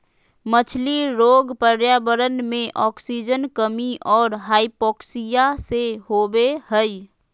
मछली रोग पर्यावरण मे आक्सीजन कमी और हाइपोक्सिया से होबे हइ